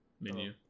menu